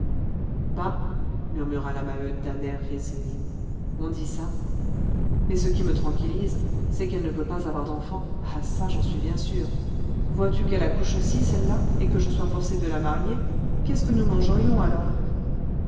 murmura la maheude d'un air résigné on dit ça mais ce qui me tranquillise c'est qu'elle ne peut pas avoir d'enfant ah ça j'en suis bien sûre vois-tu qu'elle accouche aussi celle-là et que je sois forcée de la marier qu'est-ce que nous mangerions alors